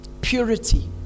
Purity